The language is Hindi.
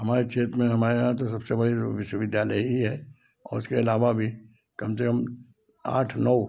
हमारे क्षेत्र में हमारे यहाँ तो सबसे बड़ी विश्वविद्यालय ही है और उसके अलावा भी कम से कम आठ नौ